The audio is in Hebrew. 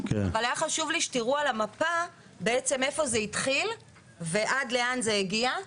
אבל היה חשוב לי שתראו על המפה איפה זה התחיל ועד לאן זה הגיע.